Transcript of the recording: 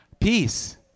peace